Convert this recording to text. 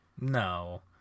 No